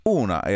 una